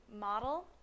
model